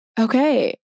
Okay